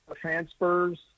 transfers